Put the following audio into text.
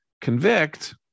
convict